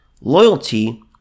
loyalty